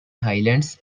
highlands